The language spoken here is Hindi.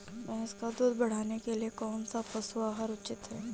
भैंस का दूध बढ़ाने के लिए कौनसा पशु आहार उचित है?